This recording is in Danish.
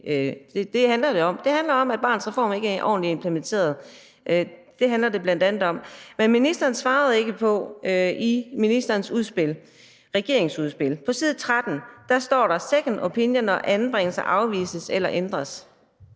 Det handler om, at Barnets Reform ikke er ordentligt implementeret. Det handler det bl.a. om. Men ministeren svarede ikke på det, der står i regeringens udspil på side 13, altså »Second opinion, når anbringelser afvises eller ændres«.